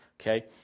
okay